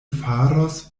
faros